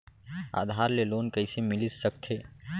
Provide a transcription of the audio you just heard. आधार से लोन कइसे मिलिस सकथे?